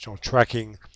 tracking